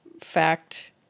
fact